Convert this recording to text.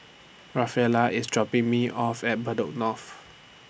Rafaela IS dropping Me off At Bedok North